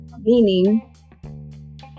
meaning